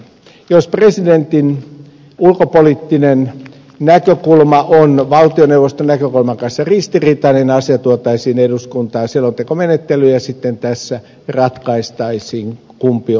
jos presidentin ulkopoliittinen näkökulma on valtioneuvoston näkökulman kanssa ristiriidassa tuotaisiin eduskuntaan selontekomenettely ja sitten tässä ratkaistaisiin kumpi on oikeassa